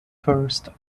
first